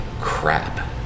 crap